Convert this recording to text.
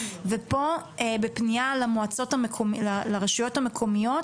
ופה בפניה לרשויות המקומיות